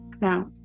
Now